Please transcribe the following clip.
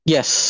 Yes